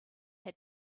had